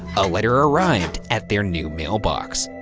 a letter arrived at their new mailbox.